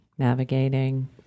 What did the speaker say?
navigating